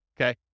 okay